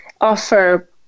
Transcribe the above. offer